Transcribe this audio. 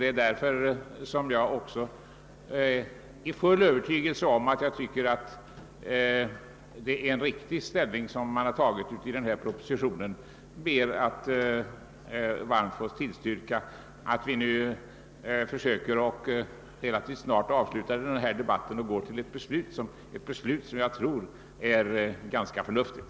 Det är i full övertygelse om att ställningstagandet i propositionen är riktigt som jag hoppas att denna debatt relativt snart avbrytes och att vi därefter fattar beslut i enlighet med utskottets hemställan, något som jag tror vore ganska förnuftigt.